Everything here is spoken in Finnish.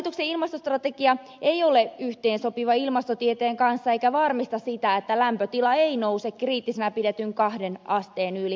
hallituksen ilmastostrategia ei ole yhteensopiva ilmastotieteen kanssa eikä varmista sitä että lämpötila ei nouse kriittisenä pidetyn kahden asteen yli